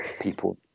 people